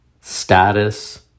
status